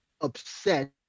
upset